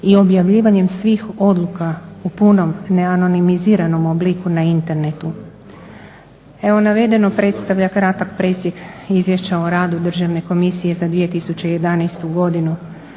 i objavljivanjem svih odluka u punom neanonimiziranom obliku na internetu. Evo, navedeno predstavljam kratak presjek Izvješća o radu Državne komisije za 2011. godinu.